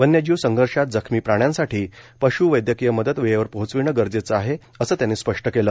वन्यजीव संघर्षात जखमी प्राण्यांसाठी पश् वैद्यकीय मदत वेळेवर पोहचविणे गरजेचं आहे असं त्यांनी स्पष्ट केलं